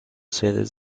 sedes